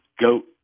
goat